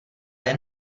jen